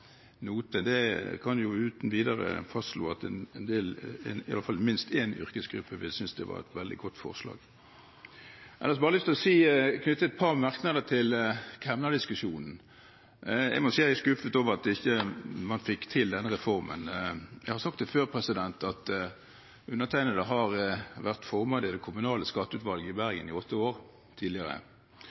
årsregnskapene, kan jeg uten videre fastslå at minst én yrkesgruppe ville synes det var et veldig godt forslag. Ellers har jeg lyst til å knytte et par merknader til kemnerdiskusjonen. Jeg må si jeg er skuffet over at man ikke fikk til denne reformen. Jeg har sagt det før at undertegnede tidligere har vært formann i det kommunale skatteutvalget i Bergen i åtte år.